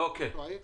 אום אל-פחם ורהט.